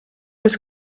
des